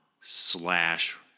slash